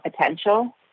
potential